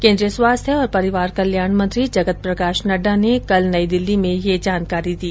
केंद्रीय स्वास्थ्य और परिवार कल्याण मंत्री जगत प्रकाश नड्डा ने कल नई दिल्ली में यह जानकारी दी